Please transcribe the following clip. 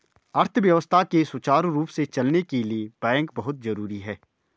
अर्थव्यवस्था के सुचारु रूप से चलने के लिए बैंक बहुत जरुरी हैं